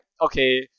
okay